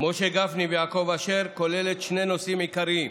משה גפני ויעקב אשר, כוללת שני נושאים עיקריים: